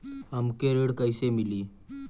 हमके ऋण कईसे मिली?